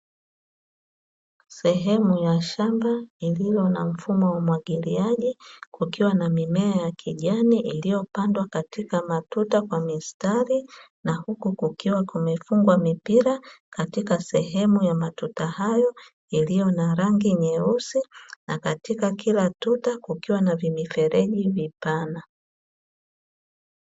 Sehemu ya shamba lililo na mfumo wa umwagiliaji kukiwa na mimea ya kijani iliyopandwa katika matuta kwa mistari, na huku kukiwa kumefungwa mipira katika sehemu ya matuta hayo iliyo na rangi nyeusi na katika kila tuta kukiwa na vimifereji vipana.